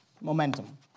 momentum